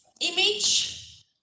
image